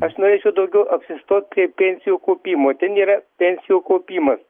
aš norėčiau daugiau apsistot prie pensijų kaupimo ten yra pensijų kaupimas